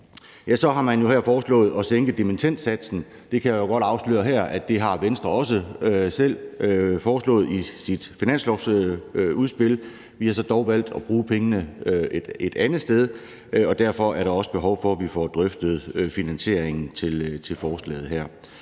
har man her foreslået at sænke dimittendsatsen. Det kan jeg jo godt afsløre her at Venstre også selv har foreslået i sit finanslovsudspil. Vi har så dog valgt at bruge pengene et andet sted, og derfor er der også behov for, at vi får drøftet finansieringen til forslaget her.